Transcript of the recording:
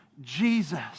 Jesus